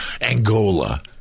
Angola